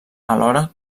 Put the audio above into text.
alhora